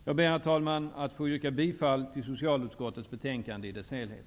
Jag ber att få yrka bifall till socialutskottets hemställan i betänkandet i dess helhet.